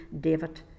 David